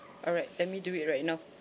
alright let me do it right now